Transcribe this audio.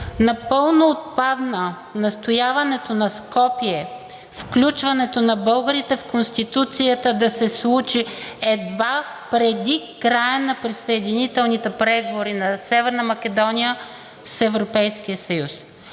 напълно отпадна настояването на Скопие включването на българите в Конституцията да се случи едва преди края на присъединителните преговори на Северна